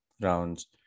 rounds